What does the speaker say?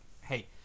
hey